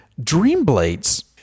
Dreamblades